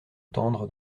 tendre